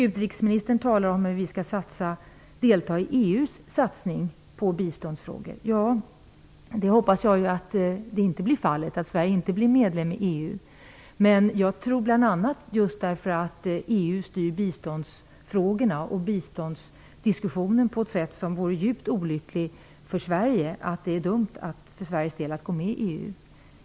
Utrikesministern talar om att vi skall delta i EU:s satsning på biståndsfrågor. Jag hoppas att det inte blir fallet och att Sverige inte blir medlem i EU. Jag tror att det är dumt att gå med i EU för Sveriges del bl.a. just därför att EU styr biståndsfrågorna och biståndsdiskussionen på ett sätt som vore djupt olyckligt för Sverige.